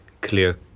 clear